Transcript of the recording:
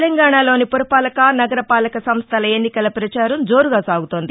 తెలంగాణలోని పురపాలక నగరపాలక సంస్టల ఎన్నికల పచారం జోరుగా సాగుతోంది